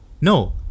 no